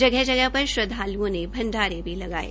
जगह जगह पर श्रदवाल़ओं ने भंडारे लगाये